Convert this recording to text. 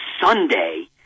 Sunday